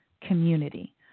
community